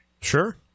sure